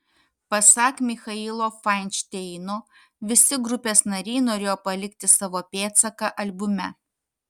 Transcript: pasak michailo fainšteino visi grupės nariai norėjo palikti savo pėdsaką albume